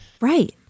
Right